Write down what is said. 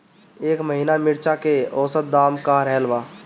एह महीना मिर्चा के औसत दाम का रहल बा?